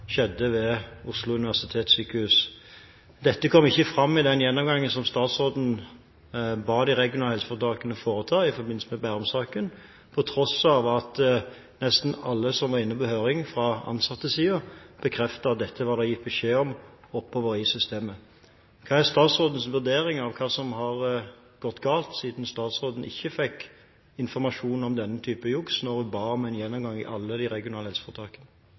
skjedde ved Oslo universitetssykehus. Dette kom ikke fram i den gjennomgangen som statsråden ba de regionale helseforetakene om å foreta i forbindelse med Bærum-saken, på tross av at nesten alle som var inne til høring fra ansattesiden, bekreftet at dette var det gitt beskjed om oppover i systemet. Hva er statsrådens vurdering av hva som har gått galt, siden statsråden ikke fikk informasjon om denne type juks da hun ba om en gjennomgang i alle de regionale helseforetakene?